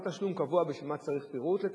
זה תשלום קבוע, בשביל מה צריך פירוט?